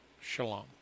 Shalom